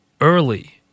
early